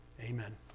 Amen